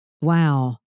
Wow